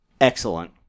excellent